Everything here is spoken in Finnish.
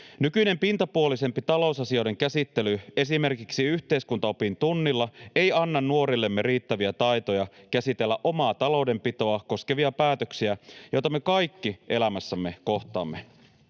Nykyinen, pintapuolisempi talousasioiden käsittely esimerkiksi yhteiskuntaopin tunnilla ei anna nuorillemme riittäviä taitoja käsitellä omaa taloudenpitoa koskevia päätöksiä, joita me kaikki elämässämme kohtaamme.